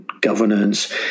governance